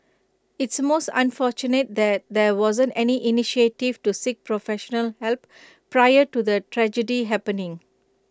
it's most unfortunate that there wasn't any initiative to seek professional help prior to the tragedy happening